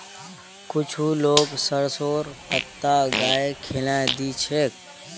कुछू लोग सरसोंर पत्ता गाइक खिलइ दी छेक